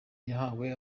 yahawe